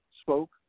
spoke